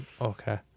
okay